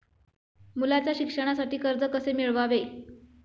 मुलाच्या शिक्षणासाठी कर्ज कसे मिळवावे?